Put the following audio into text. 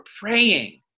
praying